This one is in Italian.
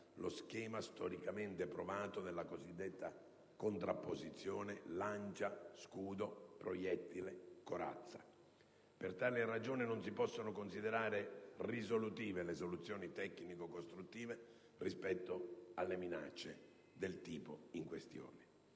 lo schema storicamente provato della cosiddetta contrapposizione lancia-scudo o proiettile-corazza. Per tale ragione non si possono considerare risolutive le soluzioni tecnico-costruttive rispetto alle minacce del tipo in questione.